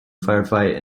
firefight